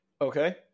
Okay